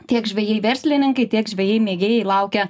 tiek žvejai verslininkai tiek žvejai mėgėjai laukia